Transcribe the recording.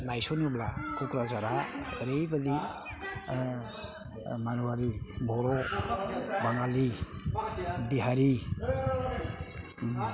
नायस'नोब्ला क'क्राझारा ओरैबादि मारुवारि बर' बाङालि बिहारि